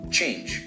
Change